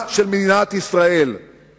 זה חיסולה של מדינת ישראל ולא שום דבר פחות מזה.